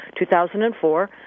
2004